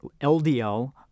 LDL